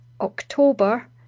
October